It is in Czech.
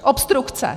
Obstrukce!